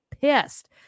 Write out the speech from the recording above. pissed